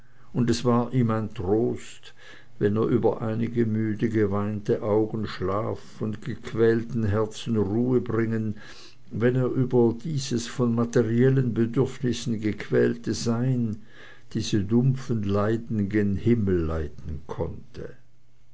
und es war ihm ein trost wenn er über einige müdgeweinte augen schlaf und gequälten herzen ruhe bringen wenn er über dieses von materiellen bedürfnissen gequälte sein diese dumpfen leiden gen himmel leiten konnte